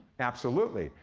absolutely,